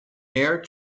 air